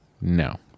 No